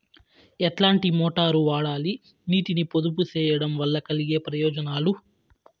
ఎట్లాంటి మోటారు వాడాలి, నీటిని పొదుపు సేయడం వల్ల కలిగే ప్రయోజనాలు?